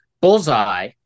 bullseye